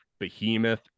behemoth